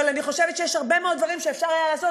אבל אני חושבת שיש הרבה מאוד דברים שאפשר היה לעשות